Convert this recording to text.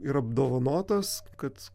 ir apdovanotas kad